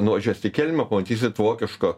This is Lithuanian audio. nuvažiuosit į kelmę pamatysit vokišką